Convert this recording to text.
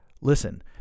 listen